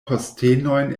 postenojn